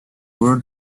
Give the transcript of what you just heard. were